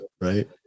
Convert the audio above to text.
right